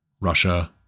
Russia